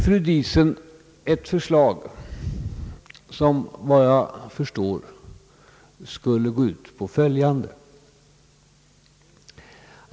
Fru Diesen har nu framlagt ett förslag, som enligt vad jag förstår skulle gå ut på följande.